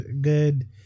good